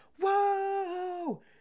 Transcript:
Whoa